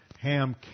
Ham